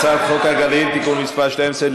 הצעת חוק הגליל (תיקון מס' 12),